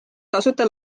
tasuta